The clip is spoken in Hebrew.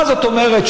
מה זאת אומרת,